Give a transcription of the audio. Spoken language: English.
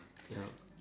yup